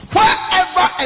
Wherever